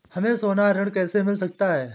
हमें सोना ऋण कैसे मिल सकता है?